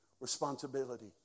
Responsibility